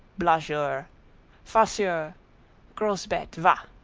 blagueur farceur gros bete, va!